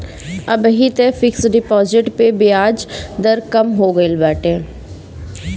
अबही तअ fix deposit पअ बियाज दर कम हो गईल बाटे